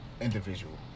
Individual